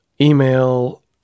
email